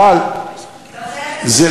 אבל, לא.